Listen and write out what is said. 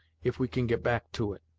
if we can get back to it.